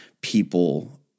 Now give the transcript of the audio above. people